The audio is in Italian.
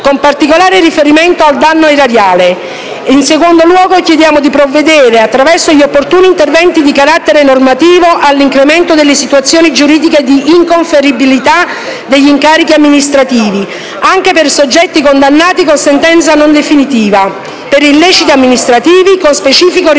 con particolare riferimento al danno erariale. Il secondo è a provvedere, attraverso gli opportuni interventi di carattere normativo, all'incremento delle situazioni giuridiche di inconferibilità degli incarichi amministrativi, anche per soggetti condannati con sentenza non definitiva, per illeciti amministrativi, con specifico riguardo